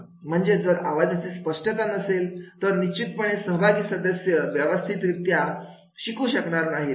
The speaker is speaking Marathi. म्हणजे जर आवाजाची स्पष्टता नसेल तर निश्चितपणे सहभागी सदस्य व्यवस्थित रित्या शिकू शकणार नाहीत